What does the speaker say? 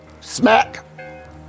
Smack